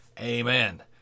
Amen